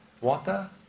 Water